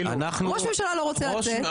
ראש ממשלה לא רוצה לצאת,